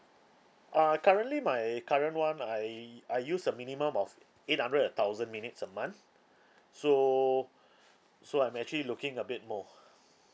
err currently my current one I I use a minimum of eight hundred thousand minutes a month so so I'm actually looking a bit more